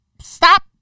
Stop